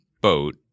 boat